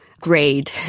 grade